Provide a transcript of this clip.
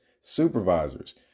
supervisors